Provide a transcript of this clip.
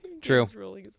True